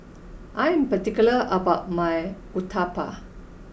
I am particular about my Uthapam